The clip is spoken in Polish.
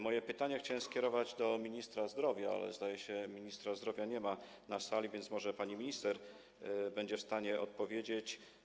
Moje pytania chciałem skierować do ministra zdrowia, ale zdaje się, że ministra zdrowia nie ma na sali, więc może pani minister będzie w stanie odpowiedzieć.